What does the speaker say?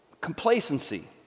complacency